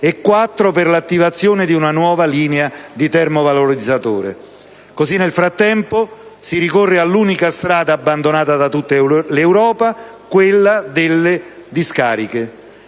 e quattro per l'attivazione di una nuova linea di termovalorizzazione. Così, nel frattempo, si ricorre all'unica strada abbandonata da tutta Europa, quella delle discariche;